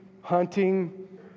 hunting